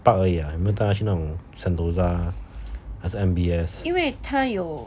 park 而已 ah 有没有带它去那种 sentosa 还是 M_B_S